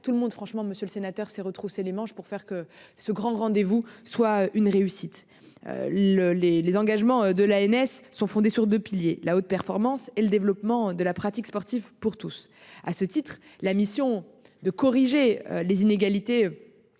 tout le monde franchement monsieur le sénateur s'est retroussé les manches pour faire que ce grand rendez-vous soit une réussite. Le les les engagements de la NS sont fondés sur 2 piliers la haute performance et le développement de la pratique sportive pour tous. À ce titre, la mission de corriger les inégalités.